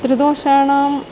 त्रिदोषाणां